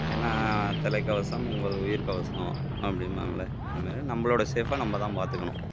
ஏன்னா தலைக்கவசம் உங்கள் உயிர் கவசம் அப்படிம்பாங்களே அது மாரி நம்மளோட சேஃப்பை நம்ம தான் பார்த்துக்கணும்